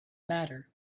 matter